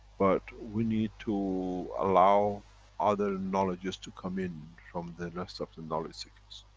but we need to allow other knowledges to come in from the rest of the knowledge seekers